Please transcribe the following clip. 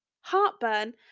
heartburn